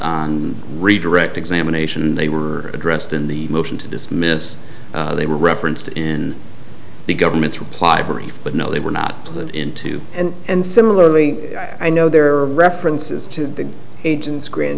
d redirect examination they were addressed in the motion to dismiss they were referenced in the government's reply brief but no they were not let into and and similarly i know there are references to the agent's grand